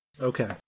Okay